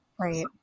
Right